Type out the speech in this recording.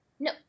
No